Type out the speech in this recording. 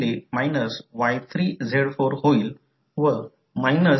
तर जर ते डॉट कन्व्हेन्शनचे उदाहरण असेल तर आपण ते कसे करू हे मला स्पष्ट करू द्या